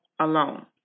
alone